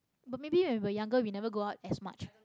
but maybe when we were younger we never go out as much